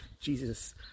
Jesus